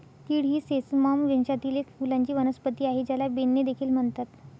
तीळ ही सेसमम वंशातील एक फुलांची वनस्पती आहे, ज्याला बेन्ने देखील म्हणतात